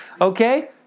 Okay